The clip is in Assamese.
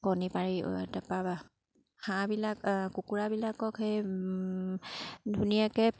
কণী পাৰি তাৰপৰা হাঁহবিলাক কুকুৰাবিলাকক সেই ধুনীয়াকৈ